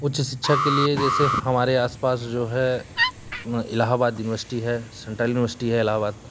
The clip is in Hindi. उच्च शिक्षा के लिए जैसे हमारे आसपास जो है इलाहाबाद यूनिवर्सिटी है सेंट्रल यूनिवर्सिटी है इलाहाबाद